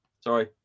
Sorry